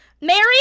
Mary